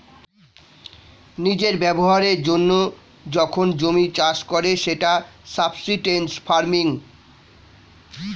নিজের ব্যবহারের জন্য যখন জমি চাষ করে সেটা সাবসিস্টেন্স ফার্মিং